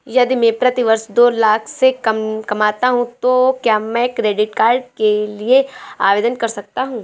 यदि मैं प्रति वर्ष दो लाख से कम कमाता हूँ तो क्या मैं क्रेडिट कार्ड के लिए आवेदन कर सकता हूँ?